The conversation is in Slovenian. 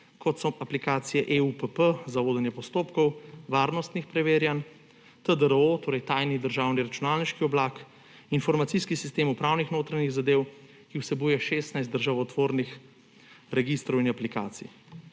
kot so aplikacije eUPP za vodenje postopkov, varnostnih preverjanj, TDRO ‒ torej tajni državni računalniški oblak ‒, informacijski sistem upravnih notranjih zadev, ki vsebuje 16 državotvornih registrov in aplikacij.